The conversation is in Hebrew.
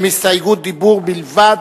הן הסתייגות דיבור בלבד,